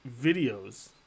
videos